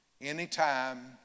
anytime